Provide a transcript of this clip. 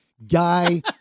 guy